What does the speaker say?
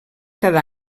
cada